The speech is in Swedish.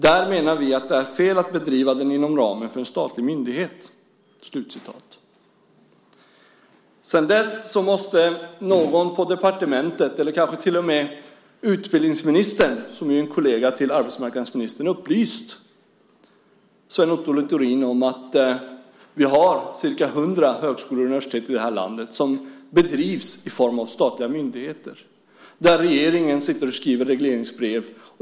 Där menar vi att det är fel att bedriva den inom ramen för en statlig myndighet." Sedan dess måste någon på departementet eller kanske till och med utbildningsministern, som är en kollega till arbetsmarknadsministern, ha upplyst Sven Otto Littorin om att vi har ca 100 högskolor och universitet i det här landet som bedrivs i form av statliga myndigheter och där regeringen sitter och skriver regleringsbrev.